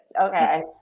okay